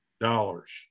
Dollars